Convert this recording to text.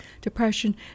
depression